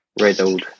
riddled